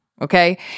Okay